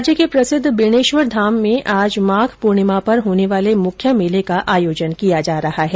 राज्य के प्रसिद्ध बेणेश्वरधाम में आज माघ पूर्णिमा पर होने वाले मुख्य मेले का आयोजन किया जा रहा है